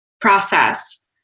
process